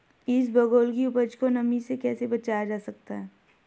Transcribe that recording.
इसबगोल की उपज को नमी से कैसे बचाया जा सकता है?